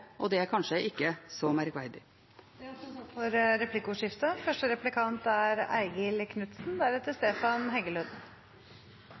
og det er kanskje ikke så merkverdig. Det åpnes for replikkordskifte. Fra et Arbeiderparti-ståsted er